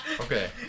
Okay